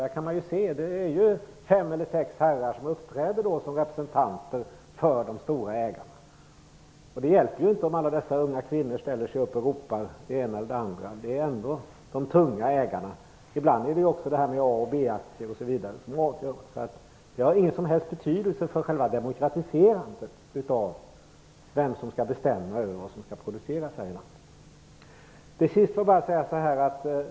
Där kan man se att det är fem sex herrar som uppträder som representanter för de stora ägarna. Det hjälper inte om alla de unga kvinnorna ställer sig upp och ropar. Det är ändå de tunga ägarna som avgör. Ibland handlar det också om A och B aktier. Det har inget som helst betydelse för demokratiserandet av vem som skall bestämma vad som skall produceras här i landet.